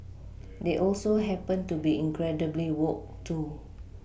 they also happen to be incredibly woke too